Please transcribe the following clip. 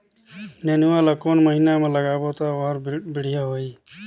नेनुआ ला कोन महीना मा लगाबो ता ओहार बेडिया होही?